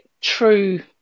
true